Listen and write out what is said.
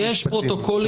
היועץ המשפטי,